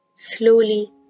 Slowly